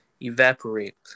evaporate